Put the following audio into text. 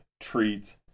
treats